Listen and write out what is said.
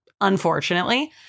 unfortunately